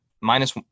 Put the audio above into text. minus